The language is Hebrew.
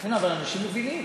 אבל אנשים מבינים.